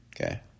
Okay